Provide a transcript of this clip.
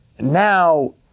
Now